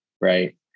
Right